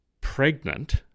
pregnant